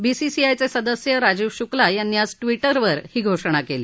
बीसीसीआयचे सदस्य राजीव शुक्ला यांनी आज ट्वीटरवर ही घोषणा केली